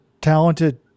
talented